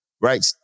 right